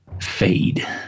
fade